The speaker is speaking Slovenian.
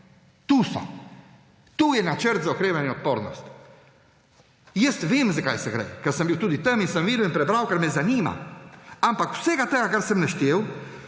tu so, tu je načrt za okrevanje in odpornost. Jaz vem, za kaj gre, ker sem bil tudi tam in sem videli in prebral, ker me zanima. Ampak vsega tega, kar sem naštel,